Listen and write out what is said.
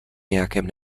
nějakém